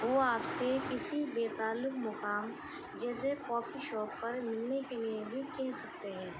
وہ آپ سے کسی بے تعلق مقام جیسے کافی شاپ پر ملنے کے لیے بھی کہہ سکتے ہیں